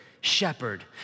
shepherd